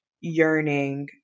yearning